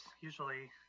usually